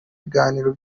ibiganiro